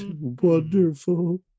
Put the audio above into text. wonderful